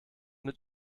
mit